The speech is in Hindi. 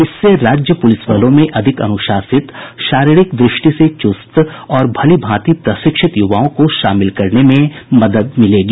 इससे राज्य पुलिस बलों में अधिक अनुशासित शारीरिक दृष्टि से चुस्त और भली भांति प्रशिक्षित युवाओं को शामिल करने में मदद मिलेगी